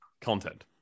content